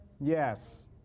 Yes